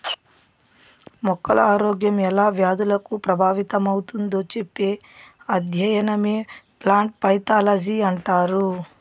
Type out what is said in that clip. మొక్కల ఆరోగ్యం ఎలా వ్యాధులకు ప్రభావితమవుతుందో చెప్పే అధ్యయనమే ప్లాంట్ పైతాలజీ అంటారు